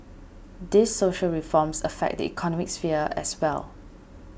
these social reforms affect the economic sphere as well